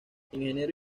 ingeniero